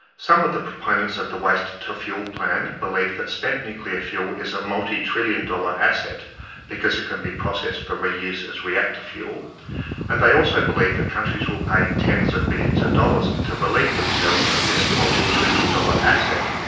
some of the proponents of the waste-to-fuel plan believe that spent nuclear fuel is a multi-trillion dollar asset because it can be processed for reuse as reactor fuel and they also believe that countries will pay tens of billions of dollars to relieve themselves of this multi-trillion dollar asset.